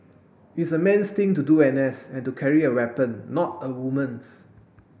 it's a man's thing to do N S and to carry a weapon not a woman's